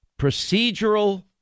procedural